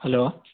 hello